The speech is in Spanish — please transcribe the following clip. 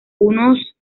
unos